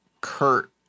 Kurt